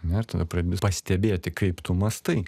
nu ir tada pradedi pastebėti kaip tu mąstai